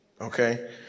okay